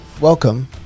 Welcome